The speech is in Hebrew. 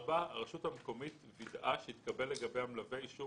הרשות המקומית וידאה שהתקבל לגבי המלווה אישור